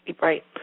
Right